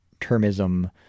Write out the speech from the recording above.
termism